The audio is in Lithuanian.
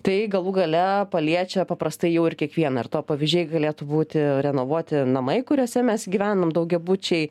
tai galų gale paliečia paprastai jau ir kiekvieną ir to pavyzdžiai galėtų būti renovuoti namai kuriuose mes gyvenam daugiabučiai